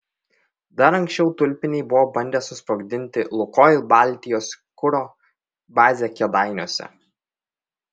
dar anksčiau tulpiniai buvo bandę susprogdinti lukoil baltijos kuro bazę kėdainiuose